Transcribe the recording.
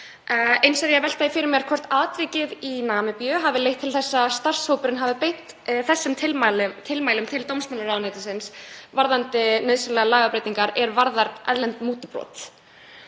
Eins er ég að velta því fyrir mér hvort atvikið í Namibíu hafi leitt til þess að starfshópurinn hafi beint þessum tilmælum til dómsmálaráðuneytisins varðandi nauðsynlegar lagabreytingar er varðar erlend mútubrot.